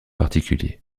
particuliers